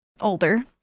older